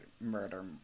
murder